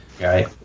Right